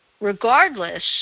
regardless